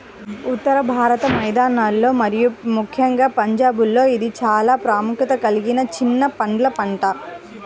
ఉత్తర భారత మైదానాలలో మరియు ముఖ్యంగా పంజాబ్లో ఇది చాలా ప్రాముఖ్యత కలిగిన చిన్న పండ్ల పంట